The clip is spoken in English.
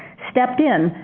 stepped in,